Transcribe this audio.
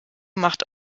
macht